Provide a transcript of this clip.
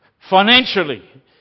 Financially